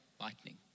lightning